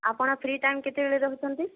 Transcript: ଆପଣ free time କେତେବେଳେ ରହୁଛନ୍ତି